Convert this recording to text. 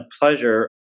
pleasure